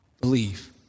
Believe